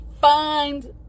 find